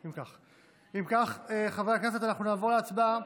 אם כך, חברי הכנסת, אנחנו נעבור להצבעה.